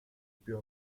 più